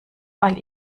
weil